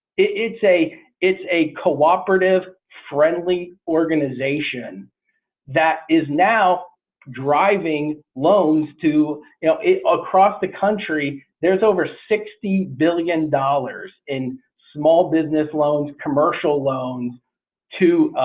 it's a it's a cooperative friendly organization that is now driving loans to you know across the country. there's over sixty billion dollars in small business loans commercial loans to,